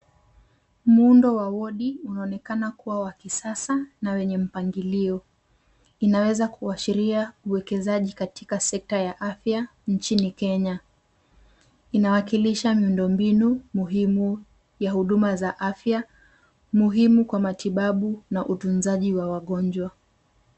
Muundo wa wodi unaonekana kuwa wa kisasa na wenye mpangilio. Inaweza kuashiria uwekezaji katika sekta ya afya nchini Kenya. Inawakilisha miundombinu muhimu ya huduma za afya muhimu kwa matibabu na utunzaji wa wagonjwa.